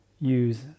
use